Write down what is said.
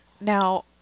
Now